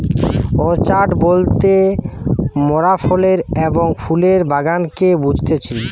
orchard বলতে মোরাফলের এবং ফুলের বাগানকে বুঝতেছি